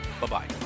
Bye-bye